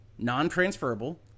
non-transferable